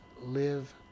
live